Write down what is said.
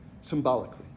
symbolically